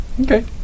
Okay